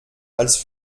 als